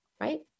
right